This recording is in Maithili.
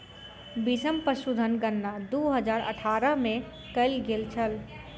बीसम पशुधन गणना दू हजार अठारह में कएल गेल छल